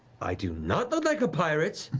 i do not look like a pirate.